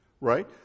right